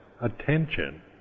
attention